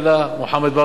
מוחמד ברכה,